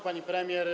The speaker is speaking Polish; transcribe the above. Pani Premier!